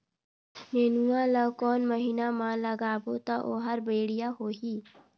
नेनुआ ला कोन महीना मा लगाबो ता ओहार बेडिया होही?